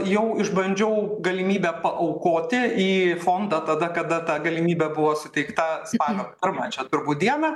jau išbandžiau galimybę paaukoti į fondą tada kada ta galimybė buvo suteikta spalio ar pirmą čia turbūt dieną